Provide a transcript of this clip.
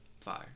fire